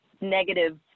negative